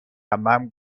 عمم